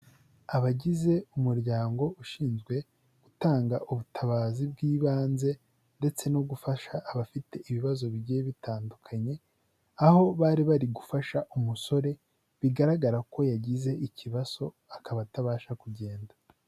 Abagize umuryango ushinzwe gutanga ubutabazi bw'ibanze ndetse no gufasha abafite ibibazo bigiye bitandukanye, aho bari bari gufasha umusore bigaragara ko yagize ikibazo akaba atabasha kugenda.